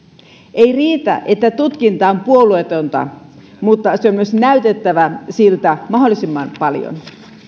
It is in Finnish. ei riitä että tutkinta on puolueetonta vaan sen on myös näytettävä siltä mahdollisimman paljon